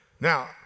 Now